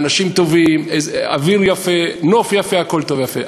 האנשים טובים, אוויר יפה, נוף יפה, הכול טוב ויפה.